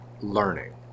learning